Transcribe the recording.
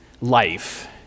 life